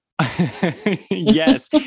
Yes